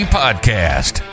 podcast